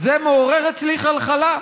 וזה מעורר אצלי חלחלה.